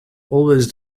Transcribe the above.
always